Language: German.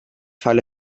falle